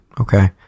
Okay